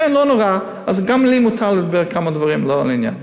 לכן לא נורא, גם לי מותר לדבר דברים שלא לעניין.